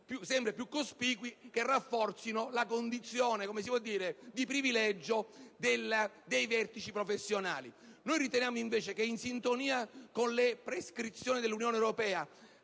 sempre più cospicui, che rafforzino la condizione di privilegio dei vertici professionali. Noi riteniamo invece che, in sintonia con le prescrizioni dell'Unione europea